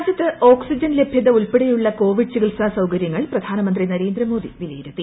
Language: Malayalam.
രാജ്യത്ത് ഓക്സിജൻ ലഭൃത ഉൾപ്പെടെയുള്ള കോവിഡ് ചികിൽസാ സൌകരൃങ്ങൾ പ്രധാനമന്ത്രി നരേന്ദ്രമോദി വിലയിരുത്തി